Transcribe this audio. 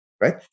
right